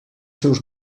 seus